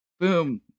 Boom